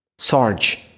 Sarge